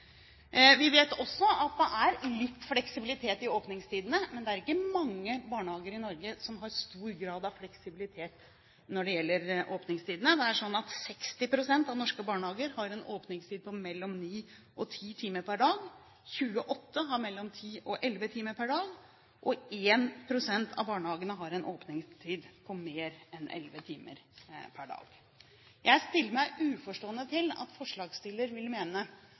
Vi vet også at det er litt fleksibilitet i åpningstidene, men det er ikke mange barnehager i Norge som har stor grad av fleksibilitet her. Det er sånn at 60 pst. av norske barnehager har en åpningstid på mellom ni og ti timer per dag, 28 pst. har mellom ti og elleve timer per dag, og 1 pst. av barnehagene har en åpningstid på mer enn elleve timer per dag. Jeg stiller meg uforstående til at forslagsstillerne vil mene